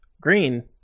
green